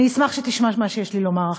אני אשמח אם תשמע את מה שיש לי לומר עכשיו.